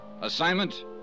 Assignment